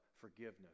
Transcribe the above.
forgiveness